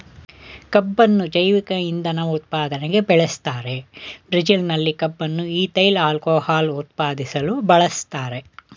ಕಬ್ಬುನ್ನು ಜೈವಿಕ ಇಂಧನ ಉತ್ಪಾದನೆಗೆ ಬೆಳೆಸ್ತಾರೆ ಬ್ರೆಜಿಲ್ನಲ್ಲಿ ಕಬ್ಬನ್ನು ಈಥೈಲ್ ಆಲ್ಕೋಹಾಲ್ ಉತ್ಪಾದಿಸಲು ಬಳಸ್ತಾರೆ